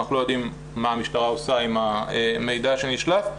אנחנו לא יודעים מה המשטרה עושה עם המידע שנשלף.